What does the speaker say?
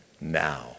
now